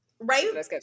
Right